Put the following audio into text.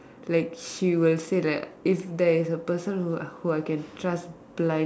like she will say that if there is a person who who I can trust blindly